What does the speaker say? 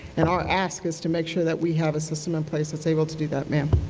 and our ask is to make sure that we have a system in place that's able to do that, ma'am.